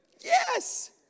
Yes